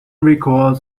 vehicles